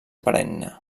perenne